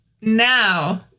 now